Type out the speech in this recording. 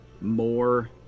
more